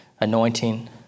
anointing